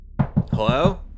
Hello